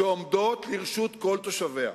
שעומדות לרשות כל תושביה.